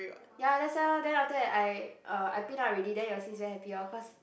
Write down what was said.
ya that's why orh then after that I err I pin up already then your sis very happy orh cause